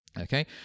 Okay